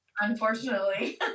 unfortunately